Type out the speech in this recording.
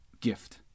gift